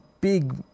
big